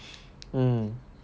mm